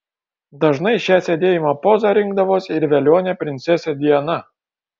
dažnai šią sėdėjimo pozą rinkdavosi ir velionė princesė diana